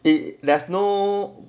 it less no